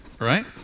right